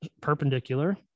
perpendicular